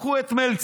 קחו את מלצר,